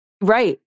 Right